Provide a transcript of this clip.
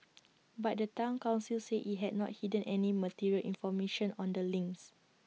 but the Town Council said IT had not hidden any material information on the links